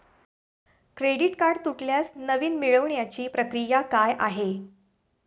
Credit card तुटल्यास नवीन मिळवण्याची प्रक्रिया काय आहे?